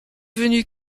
venu